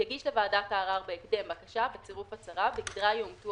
יגיש לוועדת הערר בהקדם בקשה בצירוף הצהרה בגדרה יאומתו